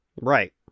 Right